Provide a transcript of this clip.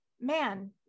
man